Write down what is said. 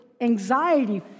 anxiety